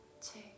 two